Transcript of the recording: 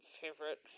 favorite